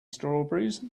strawberries